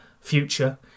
future